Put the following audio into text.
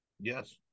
Yes